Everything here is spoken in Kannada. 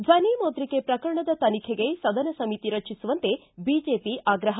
ಿ ದ್ವನಿ ಮುದ್ರಿಕೆ ಪ್ರಕರಣದ ತನಿಖೆಗೆ ಸದನ ಸಮಿತಿ ರಚಿಸುವಂತೆ ಬಿಜೆಪಿ ಆಗ್ರಹ